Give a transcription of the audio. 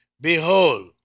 Behold